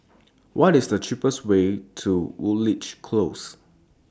What IS The cheapest Way to Woodleigh Close